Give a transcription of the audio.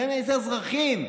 עם איזה אזרחים?